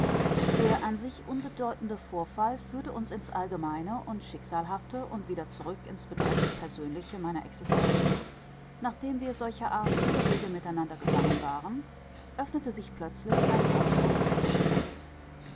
der an sich unbedeutende vorfall führte uns ins allgemeine und schicksalhafte und wieder zurück ins begrenzt persönliche meiner existenz nachdem wir solcher art viele wege miteinander gegangen waren öffnete sich plötzlich ein abgrund zwischen uns